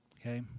okay